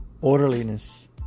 orderliness